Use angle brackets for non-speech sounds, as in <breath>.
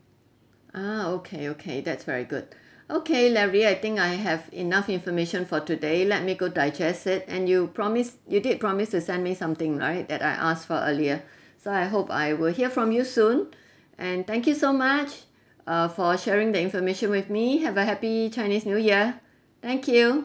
ah okay okay that's very good <breath> okay larry I think I have enough information for today let me go digest it and you promise you did promise to send me something right that I asked for earlier <breath> so I hope I will hear from you soon <breath> and thank you so much uh for sharing the information with me have a happy chinese new year thank you